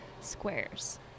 squares